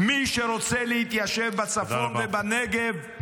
מי שרוצה להתיישב בצפון ובנגב,